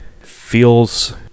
feels